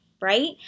right